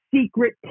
secret